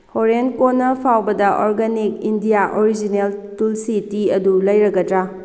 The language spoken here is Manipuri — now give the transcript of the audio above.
ꯍꯣꯔꯦꯟ ꯀꯣꯟꯅ ꯐꯥꯎꯕꯗ organic India original tulsi tea ꯑꯗꯨ ꯂꯩꯔꯒꯗ꯭ꯔꯥ